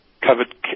covered